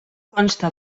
consta